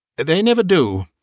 they never do,